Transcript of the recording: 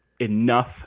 enough